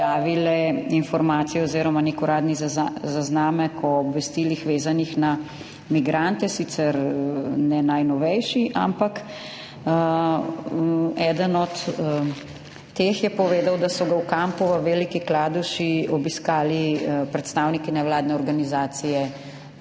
pojavile informacije oziroma nek uradni zaznamek o obvestilih, vezanih na migrante, sicer ne najnovejši, ampak eden od teh [migrantov] je povedal, da so ga v kampu v Veliki Kladuši obiskali predstavniki nevladne organizacije